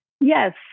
yes